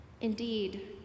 Indeed